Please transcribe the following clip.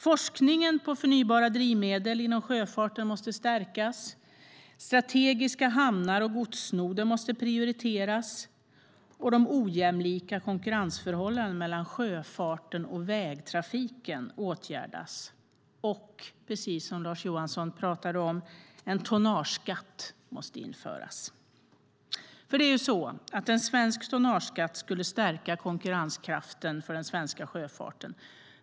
Forskningen på förnybara drivmedel inom sjöfarten måste stärkas, strategiska hamnar och godsnoder måste prioriteras, de ojämlika konkurrensförhållandena mellan sjöfarten och vägtrafiken åtgärdas och, precis som Lars Johansson sade, en tonnageskatt införas. En svensk tonnageskatt skulle stärka konkurrenskraften för den svenska sjöfarten.